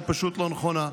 היא פשוט לא נכונה.